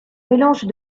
mélange